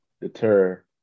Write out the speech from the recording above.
deter